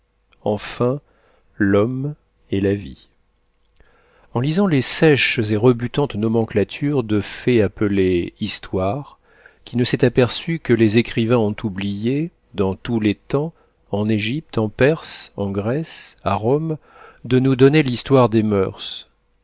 enfin l'homme et la vie en lisant les sèches et rebutantes nomenclatures de faits appelées histoires qui ne s'est aperçu que les écrivains ont oublié dans tous les temps en égypte en perse en grèce à rome de nous donner l'histoire des moeurs